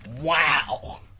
Wow